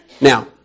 Now